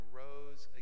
rose